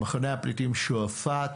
מחנה הפליטים שועפט,